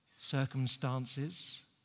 Circumstances